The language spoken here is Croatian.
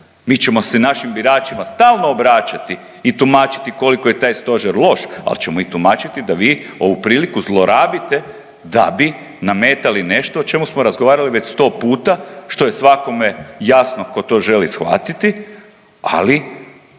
Mi ćemo se našim biračima stalno obraćati i tumačiti koliko je taj stožer loš, ali ćemo i tumačiti da vi ovu priliku zlorabite da bi nametali nešto o čemu smo razgovarali već 100 puta, što je svakome jasno tko to želi shvatiti, ali